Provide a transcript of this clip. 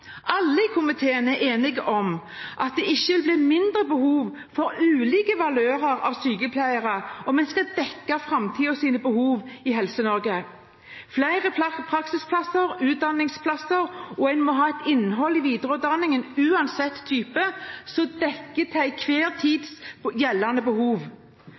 Alle i komiteen er enige om at det ikke blir mindre behov for ulike typer sykepleiere hvis vi skal dekke framtidens behov i Helse-Norge – vi trenger flere praksis- og utdanningsplasser, og en må ha et innhold i videreutdanningen, uansett type, som dekker enhver tids gjeldende behov.